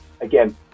again